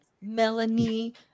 Melanie